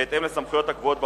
בהתאם לסמכויות הקבועות בחוק,